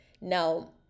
now